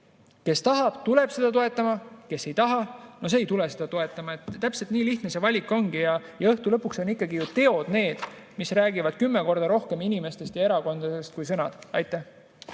Kes tahab, tuleb seda toetama, kes ei taha, ei tule seda toetama. Täpselt nii lihtne see valik ongi. Ja õhtu lõpuks on ikkagi teod need, mis ütlevad kümme korda rohkem inimeste ja erakondade kohta kui sõnad. Aitäh!